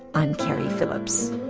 i'm keri phillips